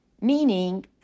meaning